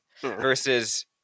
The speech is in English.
Versus